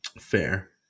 Fair